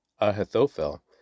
Ahithophel